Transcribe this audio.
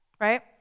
right